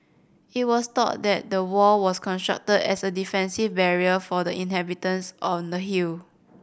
it was thought that the wall was constructed as a defensive barrier for the inhabitants on the hill